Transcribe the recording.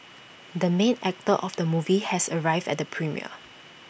the main actor of the movie has arrived at the premiere